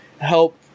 help